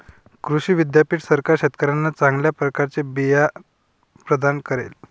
कृषी विद्यापीठ सरकार शेतकऱ्यांना चांगल्या प्रकारचे बिया प्रदान करेल